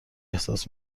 احساس